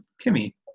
Timmy